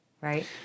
Right